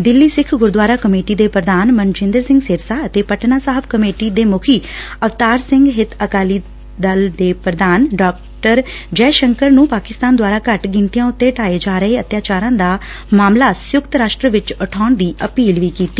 Delhi Sikh Gurdwara committee ਦੇ ਪ੍ਰਧਾਨ ਮਨਜੰੰਦਰ ਸਿੰਘ ਸਿਰਸਾ ਅਤੇ ਪਟਨਾ ਸਾਹਿਬ ਕਮੇਟੀ ਦੇ ਮੁਖੀ ਅਵਤਾਰ ਸਿੰਘ ਹਿੱਤ ਅਕਾਲੀ ਦਲ ਪ੍ਰਧਾਨ ਨੇ ਡਾਕਟਰ ਜਯਸ਼ਕਰ ਨੂੰ ਪਾਕਿਸਤਾਨ ਦੂਆਰਾ ਘੱਟ ਗਿਣਡੀਆਂ ਉਂਤੇ ਢਾਹੇ ਜਾ ਰਹੇ ਅੱਤਿਆਚਾਰਾਂ ਦਾ ਮਾਮਲਾ ਸੰਯੁਕਤ ਰਾਸਟਰ ਵਿਚ ਵੀ ਉਠਾਉਣ ਦੀ ਅਪੀਲ ਵੀ ਕੀਤੀ